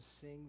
sing